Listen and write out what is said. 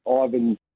Ivan